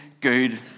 good